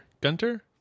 Gunter